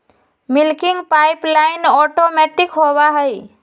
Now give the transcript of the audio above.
milking pipeline automatic होबा हई